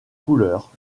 couleur